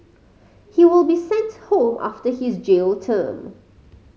he will be sent home after his jail term